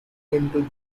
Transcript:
into